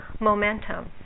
momentum